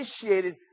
initiated